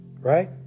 right